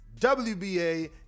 wba